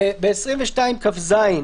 בסעיף 22כז,